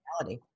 reality